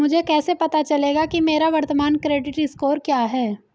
मुझे कैसे पता चलेगा कि मेरा वर्तमान क्रेडिट स्कोर क्या है?